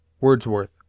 Wordsworth